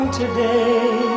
today